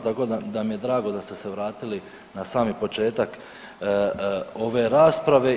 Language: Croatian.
Tako da mi je drago da ste se vratili na sami početak ove rasprave.